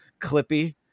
Clippy